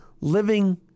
living